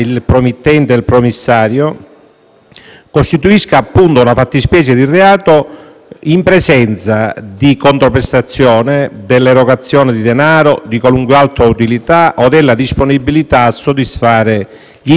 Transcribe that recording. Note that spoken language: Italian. costituisca una fattispecie di reato in presenza di controprestazione, dell'erogazione di denaro, di qualunque altra utilità o della disponibilità a soddisfare gli interessi o le esigenze dell'associazione.